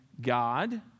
God